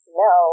no